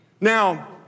Now